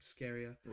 scarier